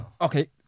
okay